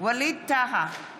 ווליד טאהא,